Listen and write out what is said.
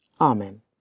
Amen